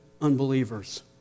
unbelievers